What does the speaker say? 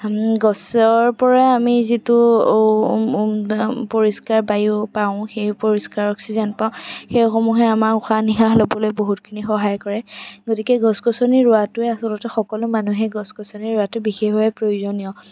গছৰ পৰা আমি যিটো পৰিষ্কাৰ বায়ু পাওঁ সেই পৰিস্কাৰ অক্সিজেন পাওঁ সেইসমূহে আমাক উশাহ নিশাহ ল'বলৈ বহুতখিনি সহায় কৰে গতিকে গছ গছনি ৰোৱাটোৱে আচলতে সকলো মানুহে গছ গছনি ৰোৱাটো বিশেষভাৱে প্ৰয়োজনীয়